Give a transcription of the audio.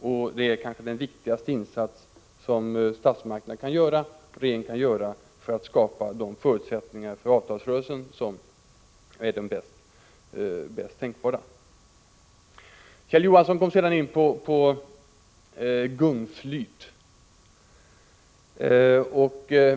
Detta är kanske den viktigaste insats regeringen och statsmakterna kan göra för att skapa de förutsättningar för avtalsrörelsen som är de bästa tänkbara. Kjell Johansson kom in på gungflyt.